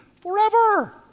forever